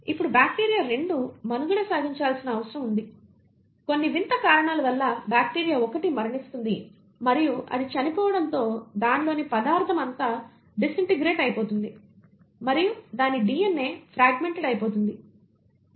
ఇప్పుడు బాక్టీరియా 2 మనుగడ సాగించాల్సిన అవసరం ఉంది కొన్ని వింత కారణాల వల్ల బ్యాక్టీరియా 1 మరణిస్తుంది మరియు అది చనిపోవడంతో దానిలోని పదార్ధం అంతా డిస్ ఇంటిగ్రేట్ అయిపోతుంది మరియు దాని DNA ఫ్రాగ్మెంటేడ్ అయిపోతుంది